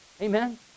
Amen